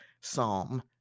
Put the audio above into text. Psalm